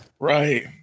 right